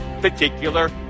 particular